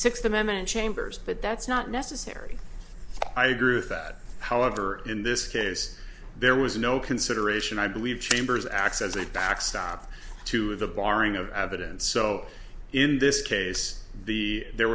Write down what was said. sixth amendment chambers but that's not necessary i agree with that however in this case there was no consideration i believe chambers acts as a backstop to the barring of evidence so in this case the there